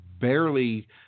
barely